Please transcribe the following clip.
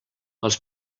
els